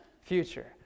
future